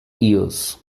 ears